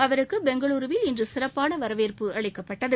அவருக்கு பெங்களூருவில் இன்று சிறப்பான வரவேற்பு அளிக்கப்பட்டது